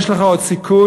יש לך עוד סיכוי,